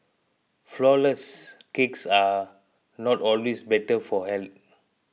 Flourless Cakes are not always better for health